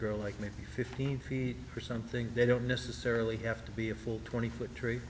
girl like maybe fifteen feet or something they don't necessarily have to be a full twenty foot tree